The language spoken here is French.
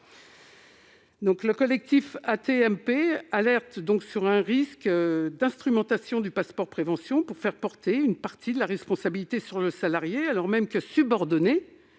Prévention AT-MP alerte sur un risque d'instrumentalisation du passeport de prévention visant à faire porter une partie de la responsabilité sur le salarié alors même que, subordonné,